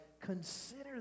Consider